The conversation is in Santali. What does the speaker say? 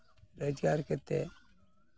ᱨᱳᱡᱽᱜᱟᱨ ᱠᱟᱛᱮ